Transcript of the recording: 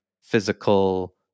physical